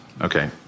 Okay